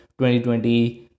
2020